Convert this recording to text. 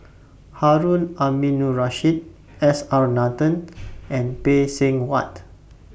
Harun Aminurrashid S R Nathan and Phay Seng Whatt